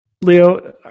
Leo